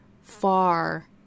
far